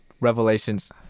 Revelations